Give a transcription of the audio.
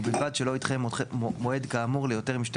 ובלבד שלא ידחה מועד כאמור ליותר משתי